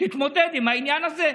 תתמודד עם העניין הזה.